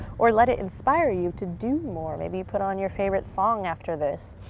or let it inspire you to do more. maybe you put on your favorite song after this,